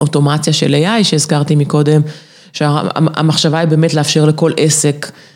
אוטומציה של AI שהזכרתי מקודם, שהמחשבה היא באמת לאפשר לכל עסק.